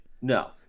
no